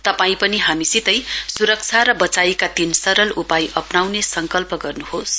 तपाई पनि हामीसितै सुरक्षा र वचाइका तीन सरल उपाय अप्नाउने संकल्प गर्नुहोस